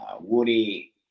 Woody